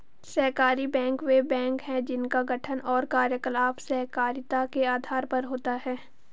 सहकारी बैंक वे बैंक हैं जिनका गठन और कार्यकलाप सहकारिता के आधार पर होता है